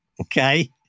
okay